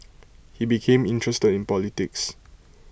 he became interested in politics